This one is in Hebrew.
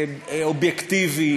אובייקטיבי,